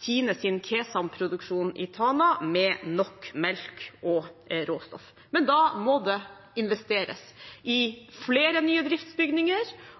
Tines kesamproduksjon i Tana med nok melk og råstoff, men da må det investeres i flere nye driftsbygninger